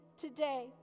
today